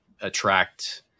attract